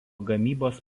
gamybos